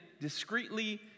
discreetly